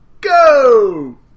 go